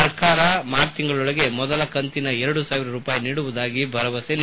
ಸರ್ಕಾರ ಮಾರ್ಚ್ ತಿಂಗಳೊಳಗೆ ಮೊದಲ ಕಂತಿನ ಎರಡು ಸಾವಿರ ರೂಪಾಯಿ ನೀಡುವುದಾಗಿ ಭರವಸೆ ನೀಡಿತ್ತು